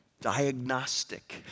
diagnostic